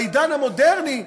בעידן המודרני,